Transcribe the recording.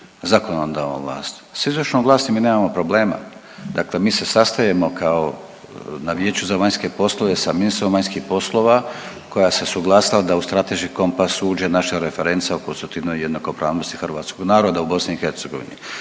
zakonodavna vlast. S izvršnom vlasti mi nemamo problema, dakle mi se sastajemo kao, na vijeću za vanjske poslove sa ministrom vanjskim poslovima koje se suglasila da u strateški kompas uđe naša referenca o konstitutivnoj jednakopravnosti hrvatskog naroda u BiH.